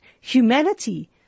humanity